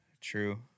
true